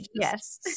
Yes